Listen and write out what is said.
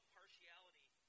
partiality